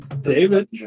David